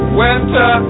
winter